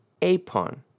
Apon